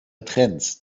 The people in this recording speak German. trends